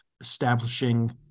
establishing